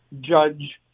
judge